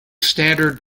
standard